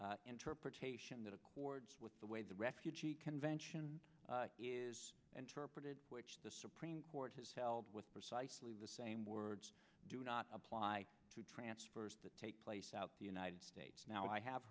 interpretation that accords with the way the refugee convention is interpreted which the supreme court has held with precisely the same words do not apply to transfers to take place out the united states now i